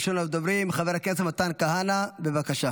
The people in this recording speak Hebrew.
ראשון הדוברים חבר הכנסת מתן כהנא, בבקשה.